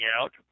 out